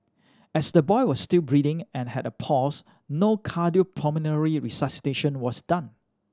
as the boy was still breathing and had a pulse no cardiopulmonary resuscitation was done